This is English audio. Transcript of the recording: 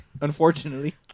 unfortunately